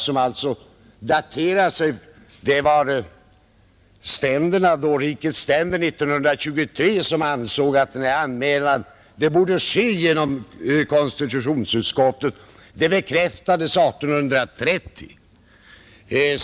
Ställningstagandet i frågan daterar sig från 1823, då rikets ständer ansåg att en sådan här anmälan borde ske genom konstitutionsutskottet. Detta bekräftades 1830.